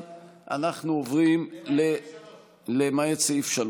לא שמעתי ביקורת אחת למה פתחו מהר מדי את